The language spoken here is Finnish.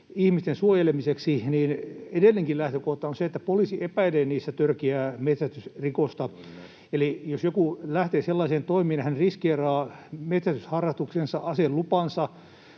ihmisten suojelemiseksi, niin edelleenkin lähtökohta on se, että poliisi epäilee niissä törkeää metsästysrikosta. Eli jos joku lähtee sellaiseen toimeen, hän riskeeraa metsästysharrastuksensa, aselupansa